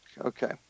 Okay